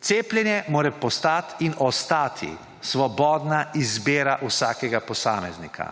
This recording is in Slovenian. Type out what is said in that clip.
Cepljenje mora postati in ostati svobodna izbira vsakega posameznika.